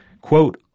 Quote